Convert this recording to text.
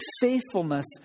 faithfulness